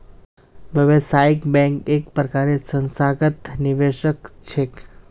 व्यावसायिक बैंक एक प्रकारेर संस्थागत निवेशक छिके